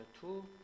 two